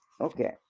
okay